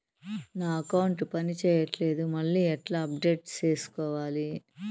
నా అకౌంట్ పని చేయట్లేదు మళ్ళీ ఎట్లా అప్డేట్ సేసుకోవాలి?